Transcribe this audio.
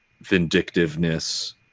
vindictiveness